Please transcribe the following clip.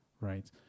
right